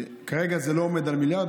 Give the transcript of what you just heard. כרגע זה לא עומד על מיליארד,